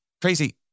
crazy